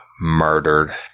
Murdered